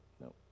No